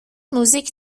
موزیک